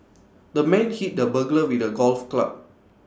the man hit the burglar with A golf club